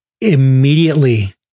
Immediately